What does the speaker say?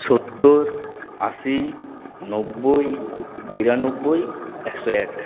সত্তর আশি নব্বই বিরানব্বই একশো এক